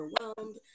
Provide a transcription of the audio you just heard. overwhelmed